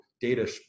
data